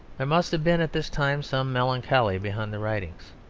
there must have been at this time some melancholy behind the writings.